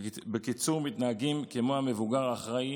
בקיצור, מתנהגים כמו המבוגר האחראי